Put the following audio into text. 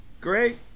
great